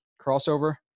crossover